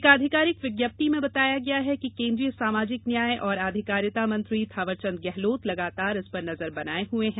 एक आधिकारिक विज्ञप्ति में बताया गया है कि केन्द्रीय सामाजिक न्याय और आधिकारिकता मंत्री थांवरचंद गेहलोत लगातार इसपर नजर बनाये हुए हैं